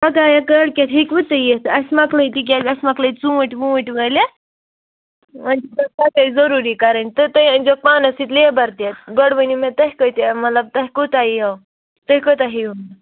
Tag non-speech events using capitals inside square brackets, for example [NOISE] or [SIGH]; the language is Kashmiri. پگاہ یا کٲلکیٚتھ ہیٚکوٕ تُہۍ یِتھ اَسَہِ مکلٲے تِکیازِ اَسہِ مکلٲے ژوٗنٛٹھۍ ژوٗنٛٹھۍ وٲلتھ ونۍ [UNINTELLIGIBLE] کَٹٲے ضروٗری کَرٕنۍ تہٕ تُہۍ أنۍ زیوکھ پانَس سۭتۍ لیبَر تہِ گۄڈٕ ؤنیو مےٚ تۄہہِ کۭتیاہ مطلب تۄہہِ کوٗتاہ یِیَو تُہۍ کوٗتاہ ہیٚیُو